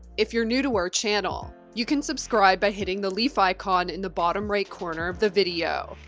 if you're new to our channel, you can subscribe by hitting the leaf icon in the bottom right corner of the video.